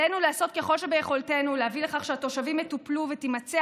עלינו לעשות כל שביכולתנו להביא לכך שהתושבים יטופלו ותימצא